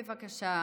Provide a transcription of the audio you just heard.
בבקשה,